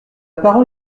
parole